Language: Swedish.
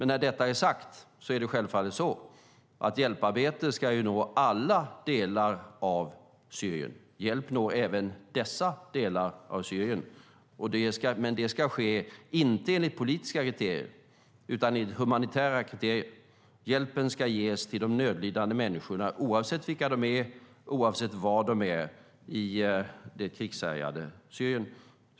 När detta är sagt är det självfallet så att hjälparbete ska nå alla delar av Syrien och att hjälp nå även dessa delar av Syrien. Men det ska inte ske enligt politiska kriterier utan efter humanitära kriterier. Hjälpen ska ges till de nödlidande människorna oavsett vilka de är och oavsett var de är i det krigshärjade Syrien.